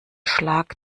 schlag